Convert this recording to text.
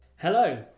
Hello